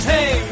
Hey